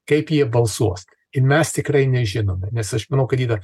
kaip jie balsuos ir mes tikrai nežinome nes aš manau kad yra